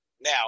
Now